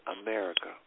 America